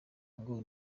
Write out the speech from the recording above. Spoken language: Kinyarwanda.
ngo